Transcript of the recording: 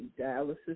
dialysis